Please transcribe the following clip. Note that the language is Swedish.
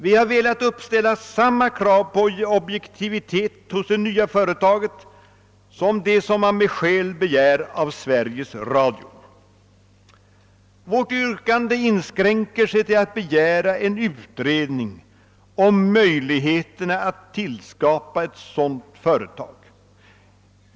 Vi har velat uppställa samma krav på objektivitet hos det nya företaget som man med skäl begär av Sveriges Radio. Vårt yrkande inskränker sig till en begäran om utredning av möjligheterna att tillskapa ett sådant företag.